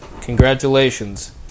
Congratulations